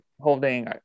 holding